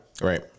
Right